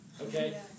okay